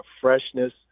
freshness